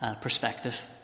perspective